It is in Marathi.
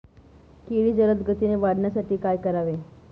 केळी जलदगतीने वाढण्यासाठी काय करावे?